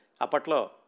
apatlo